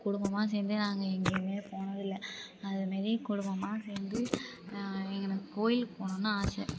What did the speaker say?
குடும்பமாக சேர்ந்து நாங்கள் எங்கேயுமே போனது இல்லை அது மாரி குடும்பமாக சேர்ந்து எங்கன்னா கோவிலுக்கு போகணுன்னு ஆசை